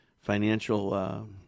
Financial